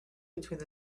between